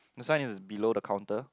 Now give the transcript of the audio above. the sign is below the counter